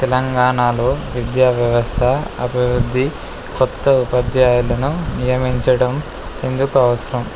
తెలంగాణలో విద్యా వ్యవస్థ అభివృద్ధి క్రొత్త ఉపాధ్యాయులను నియమించడం ఎందుకు అవసరం